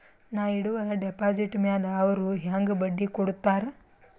ನಾ ಇಡುವ ಡೆಪಾಜಿಟ್ ಮ್ಯಾಲ ಅವ್ರು ಹೆಂಗ ಬಡ್ಡಿ ಕೊಡುತ್ತಾರ?